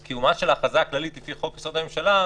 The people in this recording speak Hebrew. אז קיומה של ההכרזה הכללית לפי חוק יסוד: הממשלה,